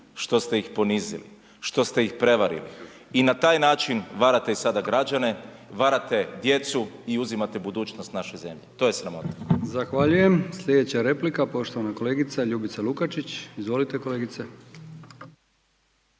Što ste ih ponizili, što ste ih prevarili i na taj način varate i sada građane, varate djecu i uzimate budućnost naše zemlje, to je sramota. **Brkić, Milijan (HDZ)** Zahvaljujem. Slijedeća replika, poštovana kolegica Ljubica Lukačić, izvolite kolegice.